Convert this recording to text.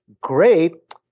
great